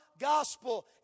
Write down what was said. gospel